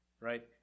Right